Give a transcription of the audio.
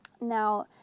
Now